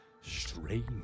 strange